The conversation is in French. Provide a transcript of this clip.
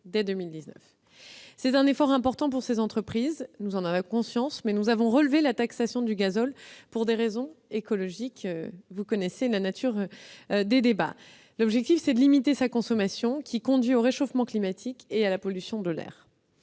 C'est un effort important pour ces entreprises, nous en avons conscience, maïs nous avons relevé la taxation du gazole pour des raisons écologiques : l'objectif est de limiter sa consommation, qui conduit au réchauffement climatique et à la pollution de l'air.